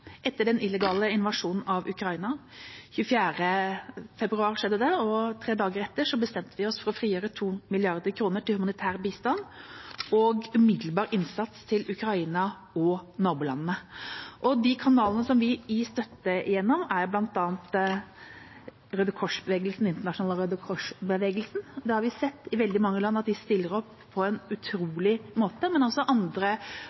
etter den illegale invasjonen av Ukraina. Den 24. februar skjedde det, og tre dager etterpå bestemte vi oss for å frigjøre 2 mrd. kr til humanitær bistand og umiddelbar innsats for Ukraina og nabolandene. De kanalene vi gir støtte gjennom, er bl.a. den internasjonale Røde Kors-bevegelsen. Vi har sett i veldig mange land at de stiller opp på en utrolig måte. Det er også andre